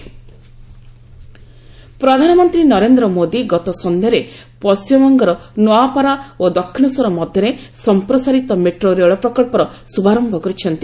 PM ରେଳପ୍ରକଳ୍ପ ପ୍ରଧାନମନ୍ତ୍ରୀ ନରେନ୍ଦ୍ର ମୋଦୀ ଗତ ସନ୍ଧ୍ୟାରେ ପଶ୍ଚିମବଙ୍ଗ ନୋଆପାରା ଓ ଦକ୍ଷିଣେଶ୍ୱର ମଧ୍ୟରେ ସମ୍ପସାରିତ ମେଟୋ ରେଳ ପ୍ରକଳ୍ପର ଶ୍ରଭାରମ୍ଭ କରିଛନ୍ତି